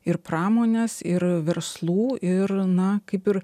ir pramonės ir verslų ir na kaip ir